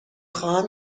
خواهم